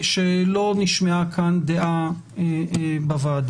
שלא נשמע כאן דעה בוועדה.